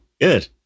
Good